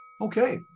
okay